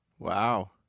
Wow